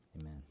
Amen